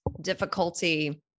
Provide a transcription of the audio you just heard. difficulty